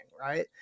right